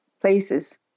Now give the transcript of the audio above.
places